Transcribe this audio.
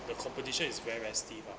the competition is very very stiff ah